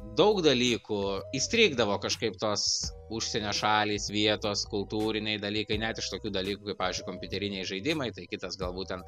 daug dalykų įstrigdavo kažkaip tos užsienio šalys vietos kultūriniai dalykai net iš tokių dalykų kaip pavyžiui kompiuteriniai žaidimai tai kitas galbūt ten